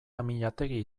amillategi